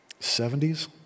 70s